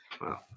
Wow